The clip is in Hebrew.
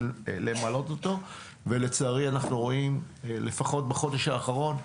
למלא אותו ולצערי אנחנו רואים לפחות בחודש האחרון,